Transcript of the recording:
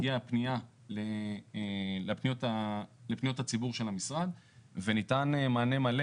הגיעה פנייה לפניות הציבור של המשרד וניתן מענה מלא.